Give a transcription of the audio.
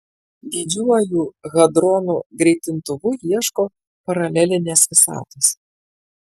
didžiuoju hadronų greitintuvu ieško paralelinės visatos